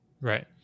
Right